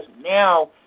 now